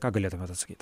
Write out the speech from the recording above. ką galėtumėt atsakyt